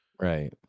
Right